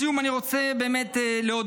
לסיום, אני רוצה להודות.